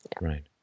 Right